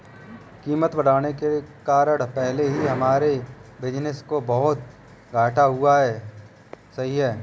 कीमतें बढ़ने के कारण पहले ही हमारे बिज़नेस को बहुत घाटा हुआ है